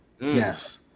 yes